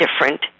different